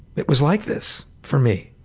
it was like this for me.